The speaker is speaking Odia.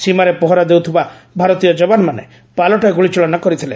ସୀମାରେ ପହରା ଦେଉଥିବା ଭାରତୀୟ ଯବାନମାନେ ପାଲଟା ଗୁଳିଚାଳନା କରିଥିଲେ